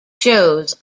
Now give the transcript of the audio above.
shows